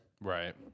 Right